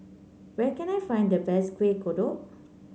where can I find the best Kueh Kodok